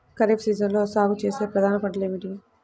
ఖరీఫ్ సీజన్లో సాగుచేసే ప్రధాన పంటలు ఏమిటీ?